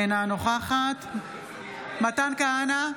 אינה נוכחת מתן כהנא,